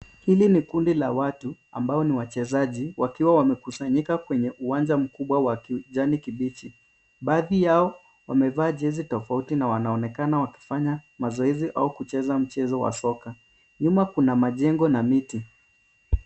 Hili ni kundi la watu ambao ni wachezaji wakiwa wamekusanyika kwenye uwanja mkubwa wa kijani kibichi. Baadhi yao wamevaa jezi tofauti na wanaonekana wakifanya mazoezi au kucheza mchezo wa soka. Nyuma kuna majengo na miti.